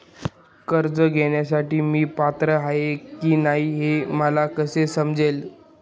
कर्ज घेण्यासाठी मी पात्र आहे की नाही हे मला कसे समजेल?